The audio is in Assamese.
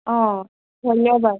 অঁ ধন্যবাদ